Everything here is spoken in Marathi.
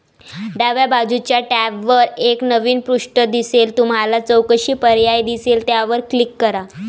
डाव्या बाजूच्या टॅबवर एक नवीन पृष्ठ दिसेल तुम्हाला चौकशी पर्याय दिसेल त्यावर क्लिक करा